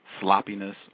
sloppiness